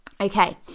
Okay